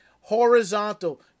horizontal